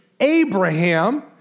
Abraham